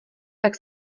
tak